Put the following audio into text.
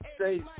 say